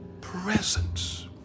presence